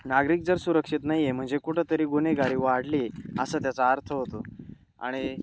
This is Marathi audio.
नागरीक जर सुरक्षित नाही आहे म्हणजे कुठंंतरी गुन्हेगारी वाढली आहे असं त्याचा अर्थ होतो आणि